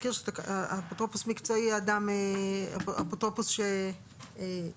נזכיר שאפוטרופוס מקצועי יהיה אפוטרופוס שהוא חברה